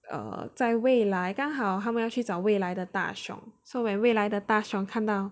err 在未来刚好他们要去找未来的大熊 so when 未来的大雄看到